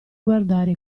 guardare